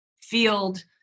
field